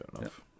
enough